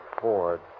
Ford